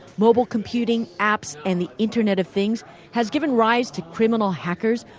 mobile computing, apps and the internet of things has given rise to criminal hackers,